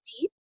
deep